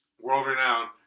world-renowned